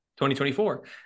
2024